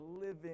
living